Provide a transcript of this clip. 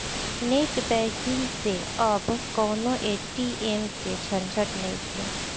net banking से अब कवनो पेटीएम के झंझट नइखे